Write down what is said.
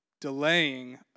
delaying